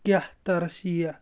کیٛاہ تَرَس یٖیا